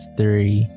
three